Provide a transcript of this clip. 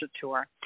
Tour